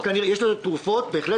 אני מבין, יש לזה תרופות, בהחלט.